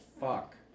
fuck